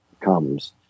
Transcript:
comes